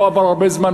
לא עבר הרבה זמן,